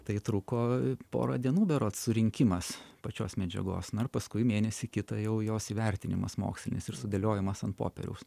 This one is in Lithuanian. tai truko porą dienų berods surinkimas pačios medžiagos na ir paskui mėnesį kitą jau jos įvertinimas mokslinis ir sudėliojimas ant popieriaus